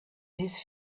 his